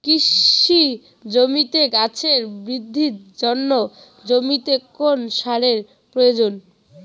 কৃষি জমিতে গাছের বৃদ্ধির জন্য জমিতে কোন সারের প্রয়োজন?